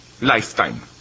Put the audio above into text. lifetime